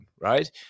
right